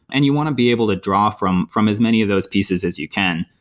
and you want to be able to draw from from as many of those pieces as you can.